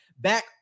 back